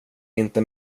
inte